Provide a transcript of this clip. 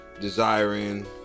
desiring